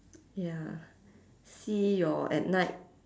ya see your at night